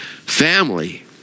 family